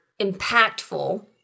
impactful-